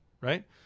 right